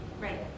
Right